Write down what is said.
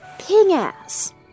PING-ASS